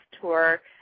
Tour